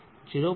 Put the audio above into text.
0